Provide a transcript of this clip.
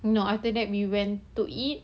no after we went to eat